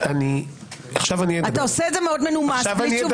אתה עושה את זה מאוד מנומס בלי תשובות.